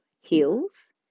heels